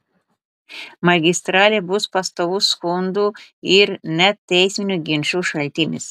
magistralė bus pastovus skundų ir net teisminių ginčų šaltinis